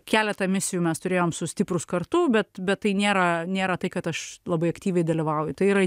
keletą misijų mes turėjom su stiprūs kartu bet bet tai nėra nėra tai kad aš labai aktyviai dalyvauju tai yra